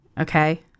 Okay